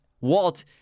Walt